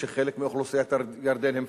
שחלק מאוכלוסיית ירדן עם פלסטין,